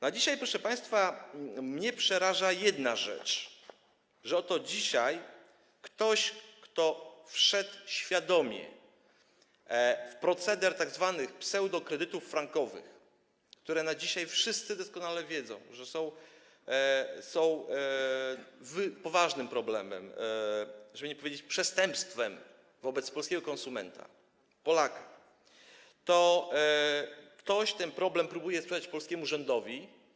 Na dzisiaj, proszę państwa, przeraża mnie jedna rzecz, że oto dzisiaj ktoś, kto wszedł świadomie w proceder tzw. pseudokredytów frankowych, które na dzisiaj - wszyscy doskonale to wiedzą - są poważnym problemem, żeby nie powiedzieć: przestępstwem wobec polskiego konsumenta, Polaka, ten problem próbuje sprzedać polskiemu rządowi.